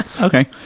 Okay